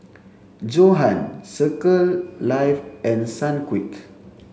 Johan Circle Life and Sunquick